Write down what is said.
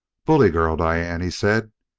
bully girl, diane! he said,